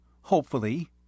Hopefully